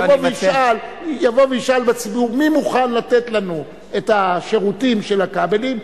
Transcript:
יבוא וישאל בציבור: מי מוכן לתת לנו את השירותים של הכבלים,